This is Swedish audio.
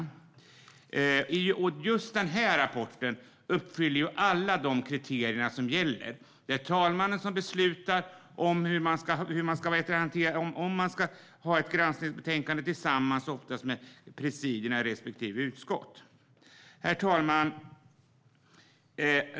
Just denna rapport uppfyller alla kriterier för detta. Det är talmannen, oftast tillsammans med presidierna i respektive utskott, som beslutar om ifall det ska vara ett granskningsbetänkande. Herr talman!